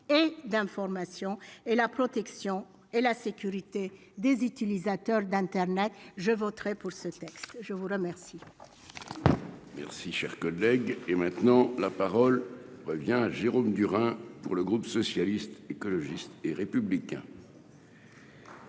et d'information et la protection et la sécurité des utilisateurs d'internet, je voterai pour ce texte, je vous remercie.